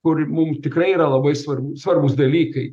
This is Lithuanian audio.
kuri mum tikrai yra labai svarbi svarbūs dalykai